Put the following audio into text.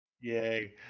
Yay